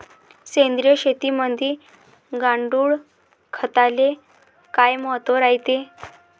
सेंद्रिय शेतीमंदी गांडूळखताले काय महत्त्व रायते?